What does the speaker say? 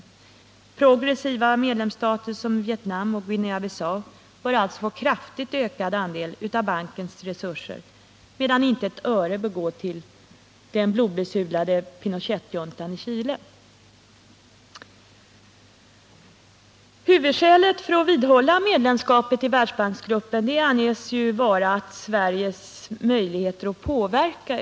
Progressiva medlemsstater som Vietnam och Guinea-Bissau bör alltså få en kraftigt ökad andel av bankens resurser, medan inte ett öre bör gå till den blodbesudlade Pinochetjuntan i Chile. Huvudskälet för att man skulle vidhålla medlemskapet i Världsbanksgruppen anges vara Sveriges möjligheter att påverka.